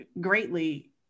greatly